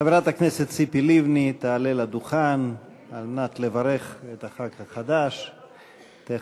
חברת הכנסת ציפי לבני תעלה לדוכן על מנת לברך את חבר הכנסת החדש תכף,